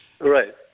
Right